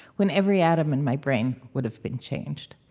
when every atom in my brain would have been changed.